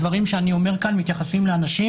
הדברים שאני אומר כאן מתייחסים לאנשים